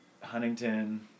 Huntington